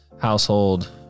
household